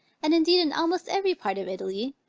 and indeed in almost every part of italy,